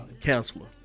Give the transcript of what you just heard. counselor